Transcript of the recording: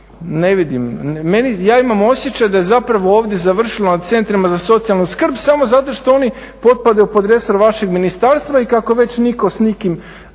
ne vidim. Ja imam osjećaj da je zapravo ovdje završilo na centrima za socijalnu skrb samo zato što oni potpadaju pod resor vašeg ministarstva i kako već nitko s nikim